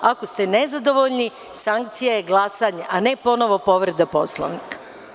Ako ste nezadovoljni, sankcija je glasanje, a ne ponovo povreda Poslovnika.